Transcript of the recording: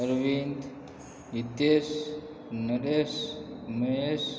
Arvind Hitesh Naresh Mahesh